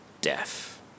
death